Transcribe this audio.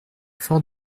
fort